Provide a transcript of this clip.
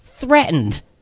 threatened